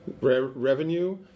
revenue